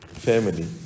family